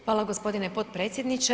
Hvala gospodine potpredsjedniče.